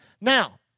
Now